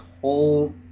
whole